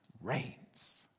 reigns